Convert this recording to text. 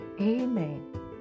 Amen